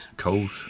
cold